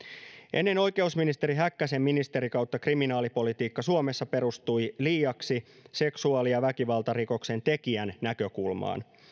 ennen oikeusministeri häkkäsen ministerikautta kriminaalipolitiikka suomessa perustui liiaksi seksuaali ja väkivaltarikoksen tekijän näkökulmaan